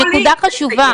רגע, אבל תנו לי לסיים.